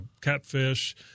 catfish